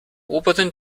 oberen